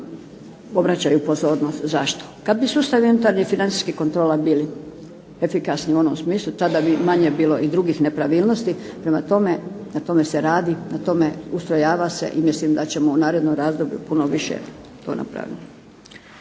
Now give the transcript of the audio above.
obraćaju pozornost. Zašto? Kad bi sustavi unutarnjih financijskih kontrola bili efikasni u onom smislu tada bi manje bilo i drugih nepravilnost. Prema tome, na tome se radi, na tome ustrojava se i mislim da ćemo u narednom razdoblju puno više napraviti.